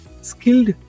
Skilled